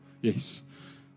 yes